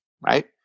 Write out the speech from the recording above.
right